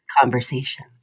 conversation